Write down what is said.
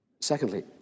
secondly